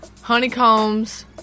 Honeycombs